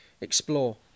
explore